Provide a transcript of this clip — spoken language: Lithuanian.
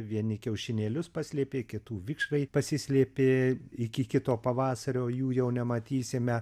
vieni kiaušinėlius paslėpė kitų vikšrai pasislėpė iki kito pavasario jų jau nematysime